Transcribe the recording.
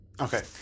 Okay